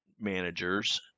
managers